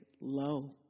low